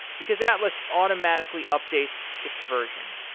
because atlas automatically updates its version.